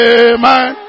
amen